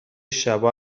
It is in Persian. شبا